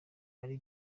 ari